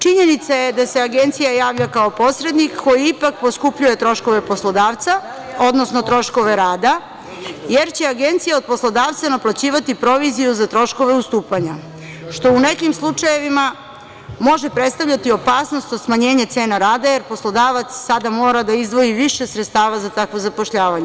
Činjenica je da se agencija javlja kao posrednik koji ipak, poskupljuje troškove poslodavca, odnosno troškove rada, jer će agencija od poslodavca naplaćivati proviziju za troškove ustupanja, što u nekim slučajevima može predstavljati opasnost po smanjenje cene rada, jer poslodavac sada mora da izdvoji više sredstava za takvo zapošljavanje.